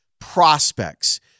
prospects